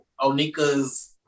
Onika's